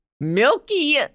Milky